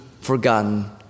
forgotten